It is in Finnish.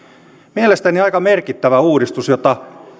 mielestäni aika merkittävä uudistus